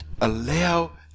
allow